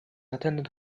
attended